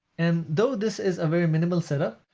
and though this is a very minimal setup,